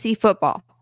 football